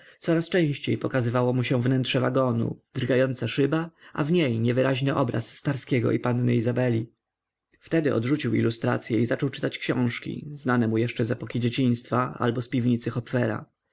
coraz częściej pokazywało mu się wnętrze wagonu drgająca szyba a w niej niewyraźny obraz starskiego i panny izabeli wtedy odrzucił ilustracye i zaczął czytać książki znane mu jeszcze z epoki dzieciństwa albo z piwnicy